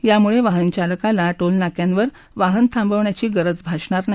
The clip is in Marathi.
यामुळे वाहनचालकाला टोलनाक्यांवर वाहन थांबवण्याची गरज भासणार नाही